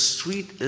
sweet